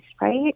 right